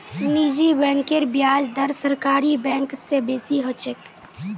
निजी बैंकेर ब्याज दर सरकारी बैंक स बेसी ह छेक